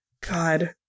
god